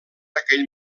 aquell